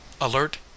Alert